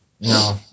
no